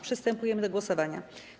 Przystępujemy do głosowania.